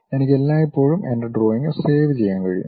എനിക്ക് എല്ലായ്പ്പോഴും എന്റെ ഡ്രോയിംഗ് സേവ് ചെയ്യാൻ കഴിയും